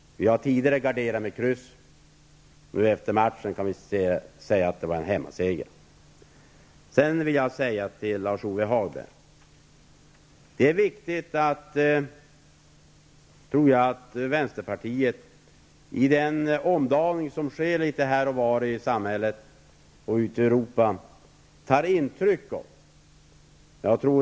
Vi har tidigare garderat med kryss. Nu efter matchen kan vi säga att det var en hemmaseger. Sedan vill jag till Lars-Ove Hagberg säga att jag tror att det är viktigt att vänsterpartiet tar intryck av den omdaning som sker litet här och var i samhället och ute i Europa.